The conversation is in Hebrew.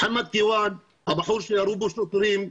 מוחמד כיוואן הבחור שירו בו שוטרים,